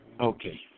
Okay